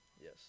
Yes